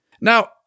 Now